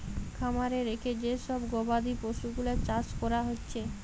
খামারে রেখে যে সব গবাদি পশুগুলার চাষ কোরা হচ্ছে